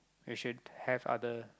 you should have other